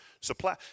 supply